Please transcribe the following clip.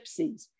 gypsies